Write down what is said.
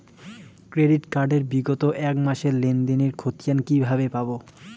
Credit card এর বিগত এক মাসের লেনদেন এর ক্ষতিয়ান কি কিভাবে পাব?